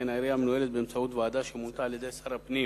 שכן העירייה מנוהלת באמצעות ועדה שמונתה על-ידי שר הפנים